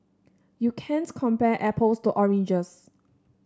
you can't compare apples to oranges